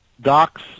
Docs